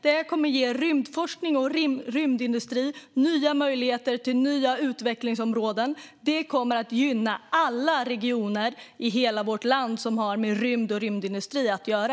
Detta kommer att ge rymdforskning och rymdindustri möjligheter till nya utvecklingsområden. Det kommer att gynna alla regioner i hela vårt land som har med rymd och rymdindustri att göra.